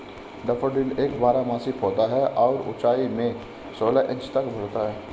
daffodil एक बारहमासी पौधा है और ऊंचाई में सोलह इंच तक बढ़ता है